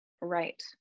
Right